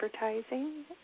advertising